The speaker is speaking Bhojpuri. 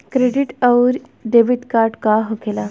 क्रेडिट आउरी डेबिट कार्ड का होखेला?